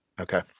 Okay